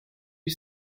you